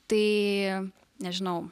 tai nežinau